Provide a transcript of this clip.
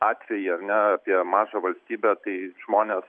atvejį ar ne apie mažą valstybę tai žmonės